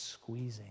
Squeezing